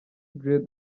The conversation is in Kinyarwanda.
dread